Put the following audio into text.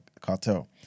cartel